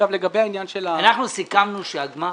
אנחנו סיכמנו שהגמ"ח